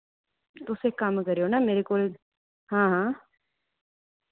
तुस इक कम्म करेओ ना मेरे कोल हां हां